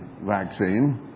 vaccine